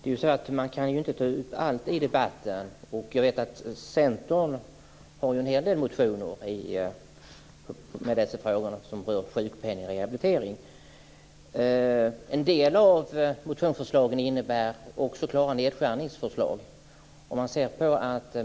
Fru talman! Man kan inte ta upp allt i debatten. Jag vet att Centern har en hel del motioner som rör sjukpenning och rehabilitering. En del av motionsförslagen innebär nedskärningar.